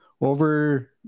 over –